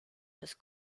los